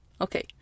okay